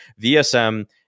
vsm